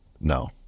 No